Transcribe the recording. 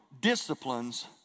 disciplines